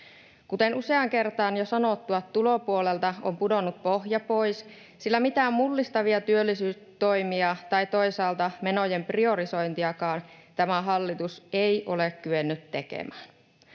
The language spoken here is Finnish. Kuten useaan kertaan jo sanottua, tulopuolelta on pudonnut pohja pois, sillä mitään mullistavia työllisyystoimia tai toisaalta menojen priorisointiakaan tämä hallitus ei ole kyennyt tekemään.